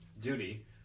duty